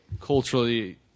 culturally